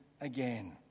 again